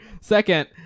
Second